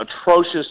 atrocious